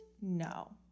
No